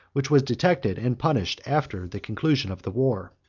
which was detected and punished after the conclusion of the war.